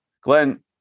Glenn